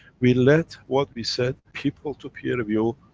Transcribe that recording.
we let what we said, people to peer review,